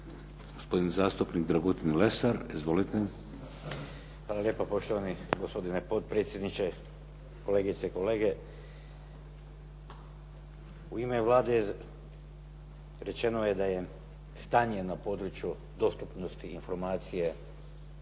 Izvolite. **Lesar, Dragutin (Nezavisni)** Hvala lijepo po štovani gospodine potpredsjedniče. Kolegice i kolege. U ime Vlade rečeno je da je stanje na području dostupnosti informacije